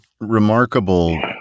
remarkable